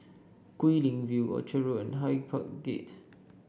Guilin View Orchard Road and Hyde Park Gate